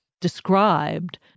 described